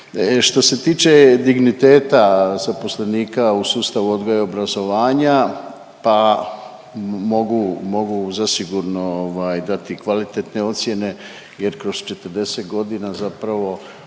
Što se tiče digniteta zaposlenika u sustavu odgoja i obrazovanja, pa mogu, mogu zasigurno ovaj dati kvalitetne ocjene jer kroz 40.g. zapravo